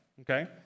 okay